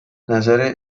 نظر